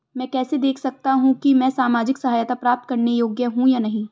मैं कैसे देख सकता हूं कि मैं सामाजिक सहायता प्राप्त करने योग्य हूं या नहीं?